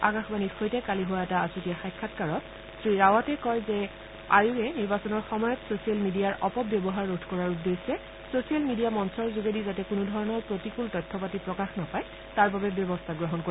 আকাশবাণীৰ সৈতে কালি হোৱা এটা আছুঠীয়া সাক্ষাৎকাৰত শ্ৰীৰাৰটে কয় যে আয়োগে নিৰ্বাচনৰ সময়ত ছ'চিয়েল মিডিয়াৰ অপব্যৱহাৰ ৰোধ কৰাৰ উদ্দেশ্যে ছচিয়েল মিডিয়া মঞ্চৰ যোগেদি যাতে কোনোধৰণৰ প্ৰতিকূল তথ্যপাতি প্ৰকাশ নাপায় তাৰ বাবে ব্যৱস্থা গ্ৰহণ কৰিব